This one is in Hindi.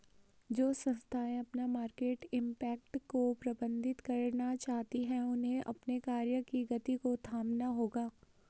जो संस्थाएं अपना मार्केट इम्पैक्ट को प्रबंधित करना चाहती हैं उन्हें अपने कार्य की गति को थामना होगा